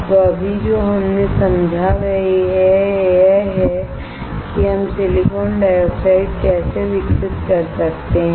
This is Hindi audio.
तो अभी जो हमने समझा वह यह है कि हम सिलिकॉन डाइऑक्साइड कैसे विकसित कर सकते हैं